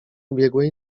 ubiegłej